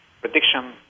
prediction